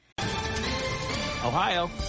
Ohio